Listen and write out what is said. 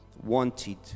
wanted